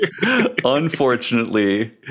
Unfortunately